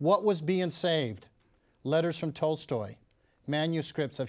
what was being saved letters from tolstoy manuscripts of